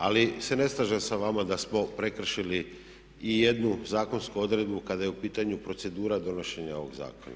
Ali se ne slažem sa vama da smo prekršili i jednu zakonsku odredbu kada je u pitanju procedura donošenja ovog zakona.